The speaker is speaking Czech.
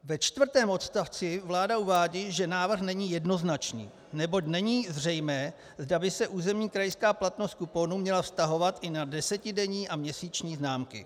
Ve čtvrtém odstavci vláda uvádí, že návrh není jednoznačný, neboť není zřejmé, zda by se územní krajská platnost kuponů měla vztahovat i na desetidenní a měsíční známky.